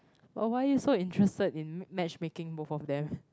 but why are you so interested in matchmaking both of them